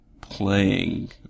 playing